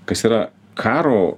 kas yra karo